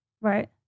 Right